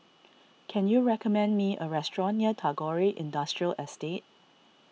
can you recommend me a restaurant near Tagore Industrial Estate